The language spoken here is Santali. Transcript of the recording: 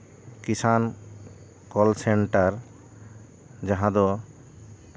ᱠᱤᱥᱟᱱ ᱠᱚᱞ ᱥᱮᱱᱴᱟᱨ ᱡᱟᱦᱟᱸ ᱫᱚ